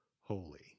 holy